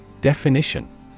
Definition